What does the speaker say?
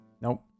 nope